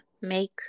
make